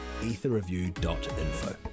etherreview.info